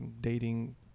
dating